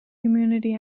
community